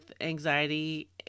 anxiety